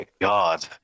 God